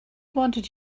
wanted